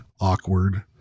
awkward